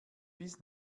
bis